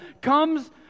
comes